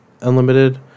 Unlimited